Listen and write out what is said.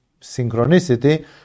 synchronicity